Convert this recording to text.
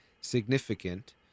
significant